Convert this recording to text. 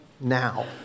now